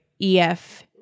E-F